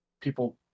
people